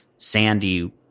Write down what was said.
sandy